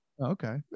Okay